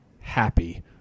happy